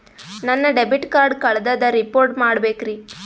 ನನ್ನ debit card ಕಳ್ದದ report ಮಾಡಬೇಕ್ರಿ